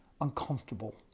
uncomfortable